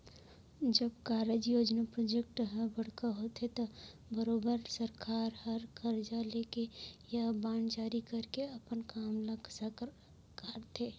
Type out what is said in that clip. जब कारज, योजना प्रोजेक्ट हर बड़का होथे त बरोबर सरकार हर करजा लेके या बांड जारी करके अपन काम ल सरकाथे